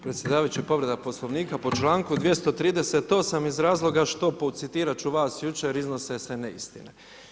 Predsjedavajući povreda Poslovnika po članku 238. iz razloga što, citirat ću vas jučer iznose se neistine.